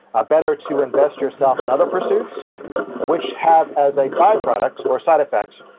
ah better to invest yourself in other pursuits which have as a byproduct, or a side effect,